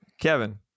Kevin